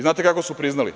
Znate kako su priznali?